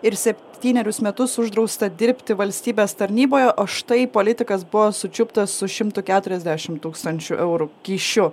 ir septynerius metus uždrausta dirbti valstybės tarnyboje o štai politikas buvo sučiuptas su šimtu keturiasdešim tūkstančių eurų kyšiu